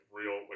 real